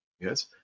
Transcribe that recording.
Yes